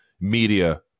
media